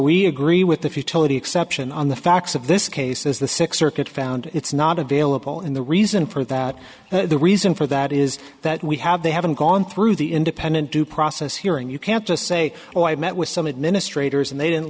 we agree with the futility exception on the facts of this case is the six circuit found it's not available in the reason for that the reason for that is that we have they haven't gone through the independent due process hearing you can't just say oh i met with some administrators and they didn't